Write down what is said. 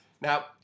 Now